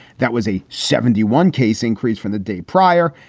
that was a seventy one case increase from the day prior.